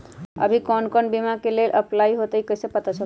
अभी कौन कौन बीमा के लेल अपलाइ होईत हई ई कईसे पता चलतई?